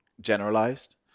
generalized